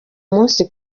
umunsi